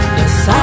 Yes